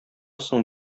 соң